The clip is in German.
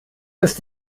ist